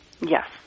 Yes